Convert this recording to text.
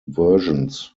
versions